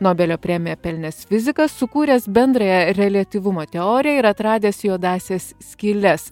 nobelio premiją pelnęs fizikas sukūręs bendrąją reliatyvumo teoriją ir atradęs juodąsias skyles